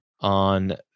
on